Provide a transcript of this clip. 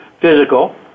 physical